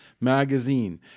Magazine